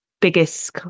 biggest